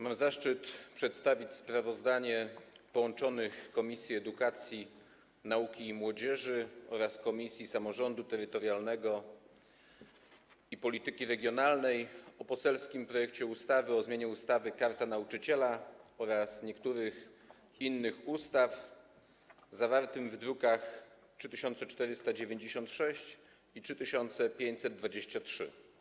Mam zaszczyt przedstawić sprawozdanie połączonych Komisji: Edukacji, Nauki i Młodzieży oraz Samorządu Terytorialnego i Polityki Regionalnej odnośnie do poselskiego projektu ustawy o zmianie ustawy Karta Nauczyciela oraz niektórych innych ustaw zawarte w drukach nr 3496 i 3523.